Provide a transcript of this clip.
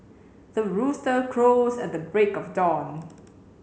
the rooster crows at the break of dawn